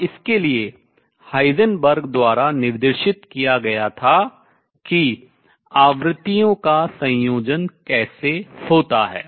और इसके लिए हाइजेनबर्ग द्वारा निर्देशित किया गया था कि आवृत्तियों का संयोजन कैसे होता है